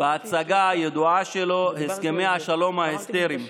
בהצגה הידועה שלו: הסכמי השלום ההיסטריים.